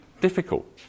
difficult